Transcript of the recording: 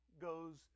goes